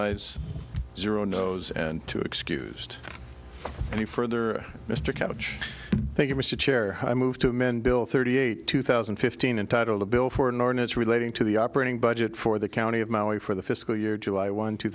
eyes zero nose and two excused any further mr couch thank you mr chair i move to men bill thirty eight two thousand and fifteen entitle a bill for an ordinance relating to the operating budget for the county of maui for the fiscal year july one two